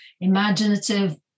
imaginative